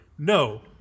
no